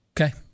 Okay